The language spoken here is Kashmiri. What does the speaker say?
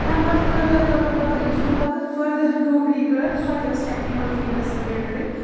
تَمہِ پَتہٕ فٔردَر کٔر مےٚ پَتہٕ یُس مےٚ پَتہٕ فٔردَر نوکری کٔر سۄ تہِ ٲس ٹؠکنِکَل فیٖلڈَس رِلیٹِڈٕے